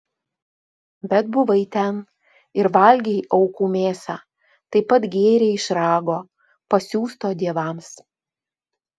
bet buvai ten ir valgei aukų mėsą taip pat gėrei iš rago pasiųsto dievams